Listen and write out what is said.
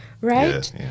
right